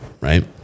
right